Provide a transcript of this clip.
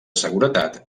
seguretat